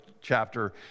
chapter